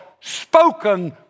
spoken